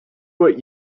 what